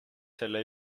selle